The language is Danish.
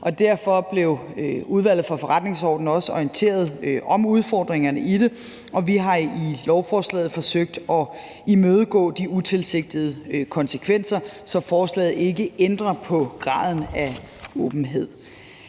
derfor blev Udvalget for Forretningsordenen også orienteret om udfordringerne i det, og vi har i lovforslaget forsøgt at imødegå de utilsigtede konsekvenser, så forslaget ikke ændrer på graden af åbenhed.